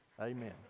amen